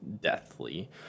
deathly